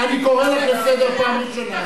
חברת הכנסת זוארץ, אני קורא לך לסדר פעם ראשונה.